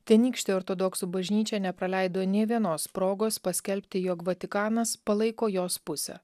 tenykštė ortodoksų bažnyčia nepraleido nė vienos progos paskelbti jog vatikanas palaiko jos pusę